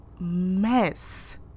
mess